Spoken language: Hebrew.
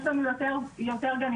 יש לנו יותר גנים,